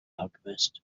alchemist